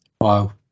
Wow